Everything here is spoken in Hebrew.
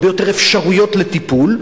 הרבה יותר אפשרויות לטיפול,